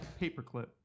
Paperclip